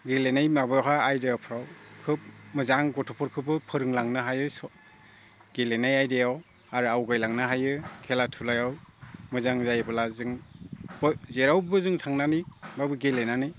गेलेनाय माबायावहा आयदाफ्राव खोब मोजां गथ'फोरखौबो फोरोंलांनो हायो गेलेनाय आयदायाव आरो आवगायलांनो हायो खेला थुलायाव मोजां जायोब्ला जों जेरावबो जों थांनानैब्लाबो गेलेनानै